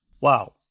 Wow